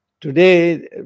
Today